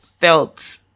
felt